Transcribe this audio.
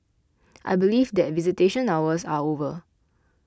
I believe that visitation hours are over